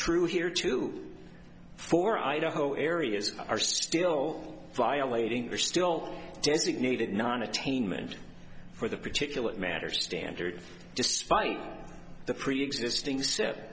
true here too for idaho areas are still violating are still designated non attainment for the particulate matter standard despite the preexisting s